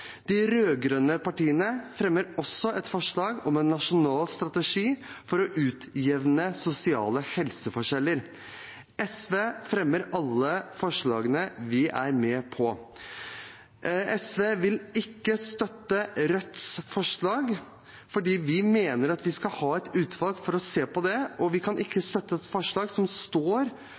De rød-grønne partiene fremmer også et forslag om en nasjonal strategi for å utjevne sosiale helseforskjeller. SV fremmer alle forslagene vi er med på. SV vil ikke støtte Rødts forslag, for vi mener at vi skal ha et utvalg for å se på det, og vi kan ikke støtte et forslag der det står